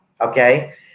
Okay